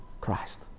Christ